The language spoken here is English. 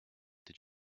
did